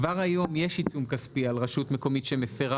כבר היום יש עיצום כספי על רשות מקומית שמפרה